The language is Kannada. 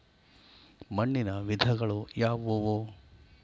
ಮಣ್ಣಿನ ವಿಧಗಳು ಯಾವುವು?